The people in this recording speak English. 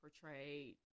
portrayed